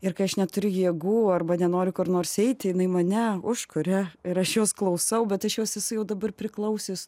ir kai aš neturiu jėgų arba nenoriu kur nors eiti jinai mane užkuria ir aš jos klausau bet aš jos esu jau dabar priklausius